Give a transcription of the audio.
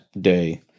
Day